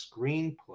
screenplay